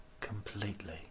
completely